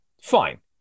fine